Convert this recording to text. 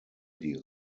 die